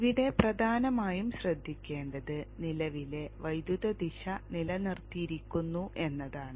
ഇവിടെ പ്രധാനമായും ശ്രദ്ധിക്കേണ്ടത് നിലവിലെ വൈദ്യുത ദിശ നിലനിർത്തിയിരിക്കുന്നു എന്നതാണ്